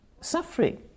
suffering